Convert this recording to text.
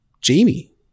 Jamie